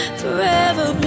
forever